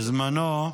בזמנו,